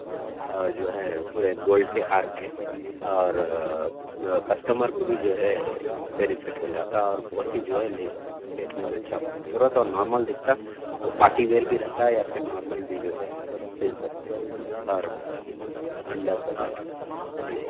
اور جو ہے پورے گولڈ کے ہار پہ اور کسٹمر کو بھی جو ہے بینیفٹ ہو جاتا اور بہت ہی جو ہے لے دیکھنے میں اچھا خوبصورت اور نارمل دکھتا وہ پارٹی ویئر بھی رہتا یا پھر نارمل بھی جو ہے پہن سکتے اور انڈر بجٹ جی